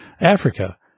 Africa